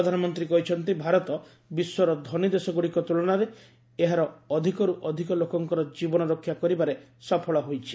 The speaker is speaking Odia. ପ୍ରଧାନମନ୍ତ୍ରୀ କହିଛନ୍ତି ଭାରତ ବିଶ୍ୱର ଧନୀ ଦେଶଗୁଡ଼ିକ ତ୍କଳନାରେ ଏହାର ଅଧିକରୁ ଅଧିକ ଲୋକଙ୍କର ଜୀବନ ରକ୍ଷା କରିବାରେ ସଫଳ ହୋଇଛି